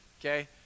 okay